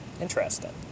Interesting